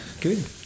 Good